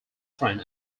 friend